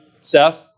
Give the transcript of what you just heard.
Seth